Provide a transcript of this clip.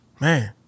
Man